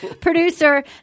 Producer